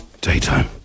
Daytime